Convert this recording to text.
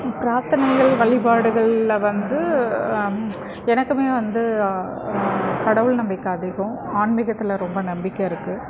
பிரார்த்தனைகள் வழிபாடுகளில் வந்து எனக்குமே வந்து கடவுள் நம்பிக்கை அதிகம் ஆன்மீகத்தில் ரொம்ப நம்பிக்கை இருக்குது